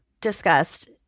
discussed